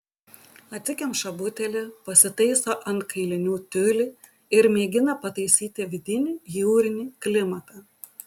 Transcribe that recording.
atsikemša butelį pasitaiso ant kailinių tiulį ir mėgina pataisyti vidinį jūrinį klimatą